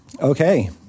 Okay